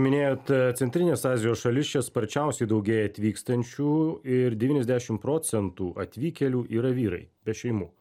minėjot centrinės azijos šalis čia sparčiausiai daugėja atvykstančių ir devyniasdešim procentų atvykėlių yra vyrai be šeimų